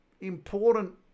important